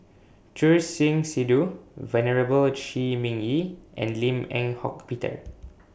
Choor Singh Sidhu Venerable Shi Ming Yi and Lim Eng Hock Peter